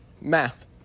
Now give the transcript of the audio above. Math